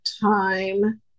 time